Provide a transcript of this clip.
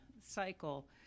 cycle